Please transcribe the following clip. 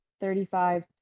thirty-five